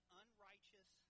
unrighteous